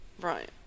Right